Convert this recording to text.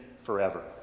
forever